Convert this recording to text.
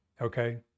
okay